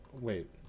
Wait